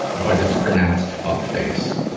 but it's pronounced fuckface.